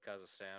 Kazakhstan